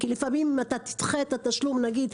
לפעמים תדחה את התשלום נגיד,